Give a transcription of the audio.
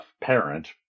parent